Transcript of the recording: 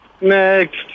Next